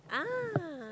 ah